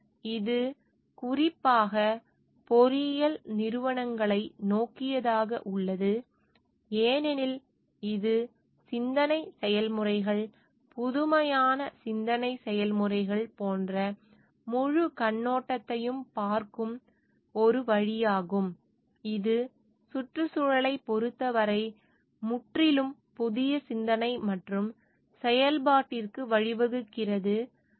மேலும் இது குறிப்பாக பொறியியல் நிறுவனங்களை நோக்கியதாக உள்ளது ஏனெனில் இது சிந்தனை செயல்முறைகள் புதுமையான சிந்தனை செயல்முறைகள் போன்ற முழு கண்ணோட்டத்தையும் பார்க்கும் ஒரு வழியாகும் இது சுற்றுச்சூழலைப் பொறுத்தவரை முற்றிலும் புதிய சிந்தனை மற்றும் செயல்பாட்டிற்கு வழிவகுக்கிறது